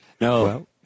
No